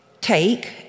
Take